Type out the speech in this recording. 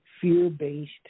fear-based